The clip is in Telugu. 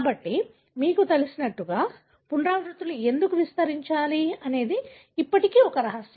కాబట్టి మీకు తెలిసినట్లుగా పునరావృత్తులు ఎందుకు విస్తరించాలి అనేది ఇప్పటికీ ఒక రహస్యం